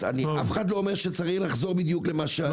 אז אף אחד לא אומר שצריך לחזור בדיוק למה שהיה,